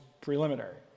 preliminary